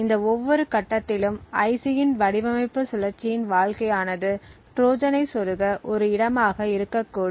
இந்த ஒவ்வொரு கட்டத்திலும் ஐசியின் வடிவமைப்பு சுழற்சியின் வாழ்க்கையானது ட்ரோஜனை சொருக ஒரு இடமாக இருக்கக்கூடும்